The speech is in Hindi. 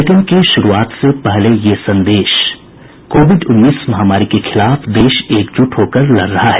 बुलेटिन की शुरूआत से पहले ये संदेश कोविड उन्नीस महामारी के खिलाफ देश एकजुट होकर लड़ रहा है